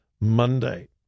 Monday